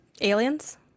aliens